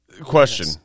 Question